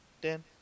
Dan